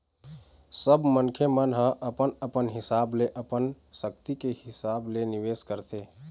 सब मनखे मन ह अपन अपन हिसाब ले अपन सक्ति के हिसाब ले निवेश करथे